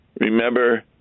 remember